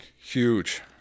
Huge